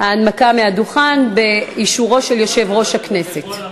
ההנמקה מהדוכן באישורו של יושב-ראש הכנסת.